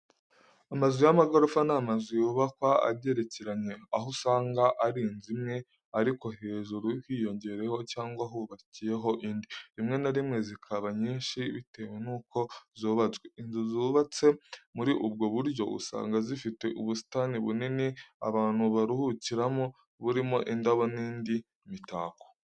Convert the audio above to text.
Amazu y'amagorofa ni amazu yubakwa agerekeranye, aho usanga ari inzu imwe ariko hejuru hiyongereyeho cyangwa hubakiyeho indi, rimwe na rimwe zikaba nyinshi bitewe nuko zubatswe. Inzu zubatse muri ubwo buryo usanga zifite ubusitani bunini abantu baruhukiramo, burimo indabo n'indi mitako.